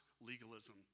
legalism